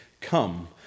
Come